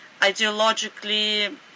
ideologically